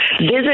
visit